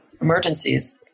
emergencies